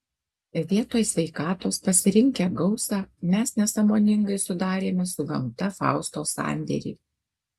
vietoj sveikatos pasirinkę gausą mes nesąmoningai sudarėme su gamta fausto sandėrį